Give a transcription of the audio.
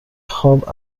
خواب